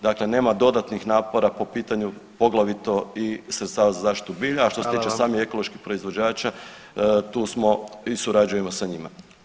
Dakle, nema dodatnih napora po pitanju poglavito i sredstava za zaštitu bilja [[Upadica: Hvala vam.]] a što se tiče samih ekoloških proizvođača tu smo i surađujemo sa njima.